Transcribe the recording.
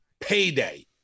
payday